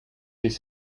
sich